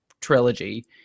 trilogy